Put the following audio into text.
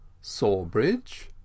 Sawbridge